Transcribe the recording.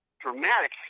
dramatic